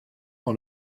dans